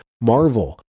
marvel